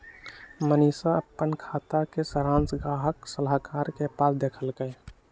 मनीशा अप्पन खाता के सरांश गाहक सलाहकार के पास से देखलकई